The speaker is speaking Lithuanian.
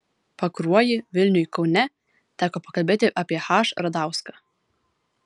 pakruojy vilniuj kaune teko pakalbėti apie h radauską